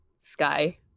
sky